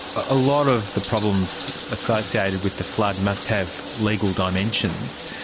a lot of the problems associated with the flood must have legal dimensions.